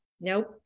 Nope